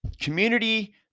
community